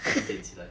几点起来